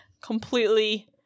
completely